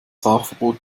rauchverbot